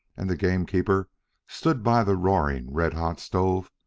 and the gamekeeper stood by the roaring, red-hot stove,